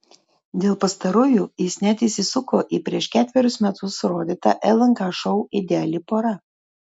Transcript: dėl pastarųjų jis net įsisuko į prieš ketverius metus rodytą lnk šou ideali pora